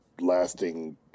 lasting